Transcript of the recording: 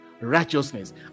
Righteousness